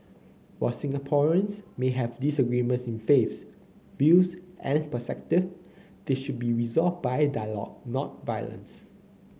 while Singaporeans may have disagreements in faiths views and perspective they should be resolved by dialogue not violence